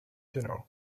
general